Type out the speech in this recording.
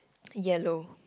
yellow